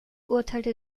urteilte